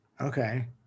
Okay